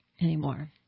anymore